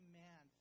man